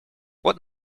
what